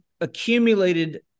accumulated